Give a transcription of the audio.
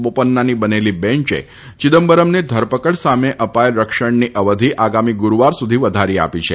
બોપન્નાની બનેલી બેંચે ચિંદમ્બરમને ધરપકડ સામે અપાયેલ રક્ષણની અવધિ આગામી ગુરૂવાર સુધી વધારી આપી છે